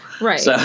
Right